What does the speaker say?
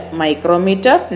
micrometer